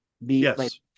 yes